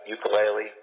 Ukulele